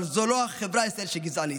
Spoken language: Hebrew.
אבל זו לא החברה בישראל שגזענית.